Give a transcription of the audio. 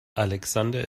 alexander